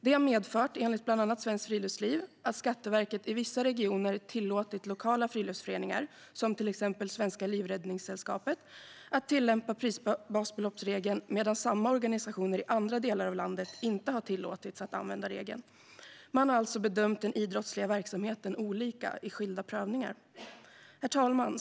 Det har medfört, enligt bland andra Svenskt Friluftsliv, att Skatteverket i vissa regioner har tillåtit lokala friluftsföreningar, till exempel Svenska Livräddningssällskapet, att tillämpa prisbasbeloppsregeln medan samma organisationer i andra delar av landet inte har tillåtits att använda regeln. Man har alltså bedömt den idrottsliga verksamheten olika i skilda prövningar. Herr talman!